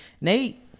Nate